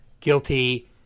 guilty